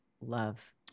love